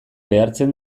behartzen